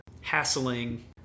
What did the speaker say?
hassling